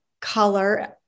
color